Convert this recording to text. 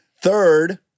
Third